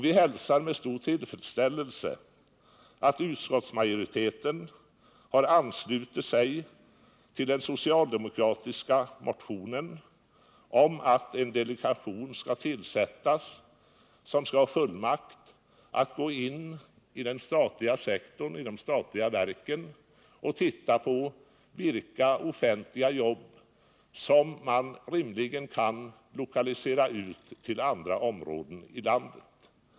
Vi hälsar med stor tillfredsställelse att utskottsmajoriteten ansluter sig till den socialdemokratiska motionen om att en delegation skall tillsättas som skall ha fullmakt att gå in i den statliga sektorn, de statliga verken, och studera vilka offentliga jobb som man kan lokalisera ut till andra områden i landet.